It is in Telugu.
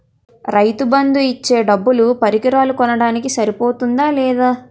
రైతు బందు ఇచ్చే డబ్బులు పరికరాలు కొనడానికి సరిపోతుందా లేదా?